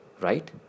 right